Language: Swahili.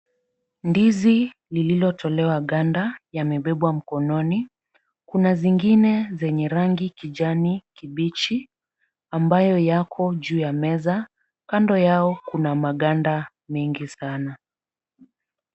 Ndizi lililotolewa ganda yamebebwa mkononi, kuna zingine zenye rangi kijani kibichi ambayo yako juu ya meza, kando yao kuna maganda mengi sana.